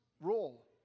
role